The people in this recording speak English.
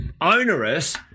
onerous